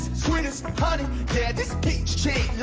sweet as honey, yeah this beat cha-ching